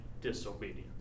disobedience